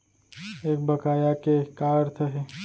एक बकाया के का अर्थ हे?